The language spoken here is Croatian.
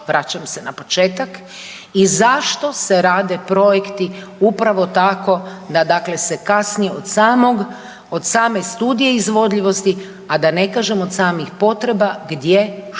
vraćam se na početak i zašto se rade projekti upravo tako da dakle se kasni od samog, od same studije izvodljivosti, a da ne kažem od samih potreba gdje, što